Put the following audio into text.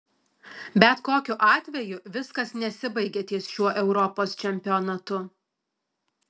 bet kokiu atveju viskas nesibaigia ties šiuo europos čempionatu